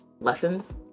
lessons